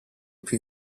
plus